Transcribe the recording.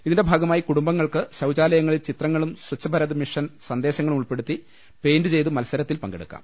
ഇതിന്റെ ഭാഗമായി കുടുംബങ്ങൾക്ക് ശൌചാലയങ്ങളിൽ ചിത്രങ്ങളും സ്വച്ചഭരത് മിഷൻ സന്ദേശങ്ങളും ഉൾപ്പെടുത്തി പെയിന്റ് ചെയ്തു മത്സരത്തിൽ പങ്കെടുക്കാം